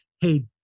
Hey